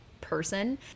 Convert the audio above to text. person